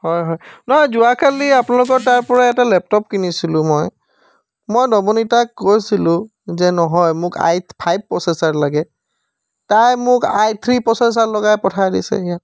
হয় হয় যোৱাকালি আপোনালোকৰ তাৰ পৰা এটা লেপটপ কিনিছিলোঁ মই মই নৱনীতাক কৈছিলোঁ যে নহয় মোক আই ফাইভ প্ৰচেছৰ লাগে তাই মোক আই থ্ৰি প্ৰচেছৰ লগাই পঠাই দিছে